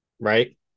right